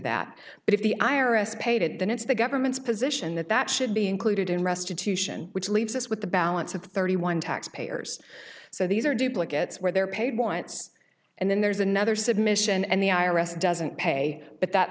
that but if the i r s paid it then it's the government's position that that should be included in restitution which leaves us with the balance of thirty one tax payers so these are duplicate where they're paid once and then there's another submission and the i r s doesn't pay but that